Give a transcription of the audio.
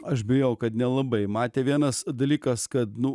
aš bijau kad nelabai matė vienas dalykas kad nu